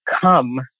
come